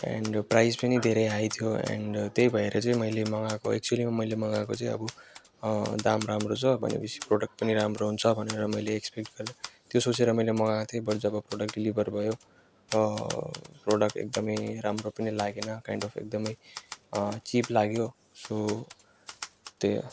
and price पनि धेरै high थियो एन्ड त्यही भएर चाहिँ मैले मगाएको एक्चुवलीमा मैले मगाएको चाहिँ अब दाम राम्रो छ भनेपछि प्रडक्ट पनि राम्रो हुन्छ भनेर मैले एक्सपेक्ट गरेर त्यो सोचेर मैले मगाएको थिएँ बट जब प्रडक्ट डेलिभर भयो प्रडक्ट एकदमै राम्रो पनि लागेन काइन्ड अफ एकदमै चिप लाग्यो सो त्यही हो